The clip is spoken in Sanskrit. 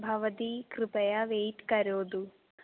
भवती कृपया वैट् करोतु